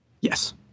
Yes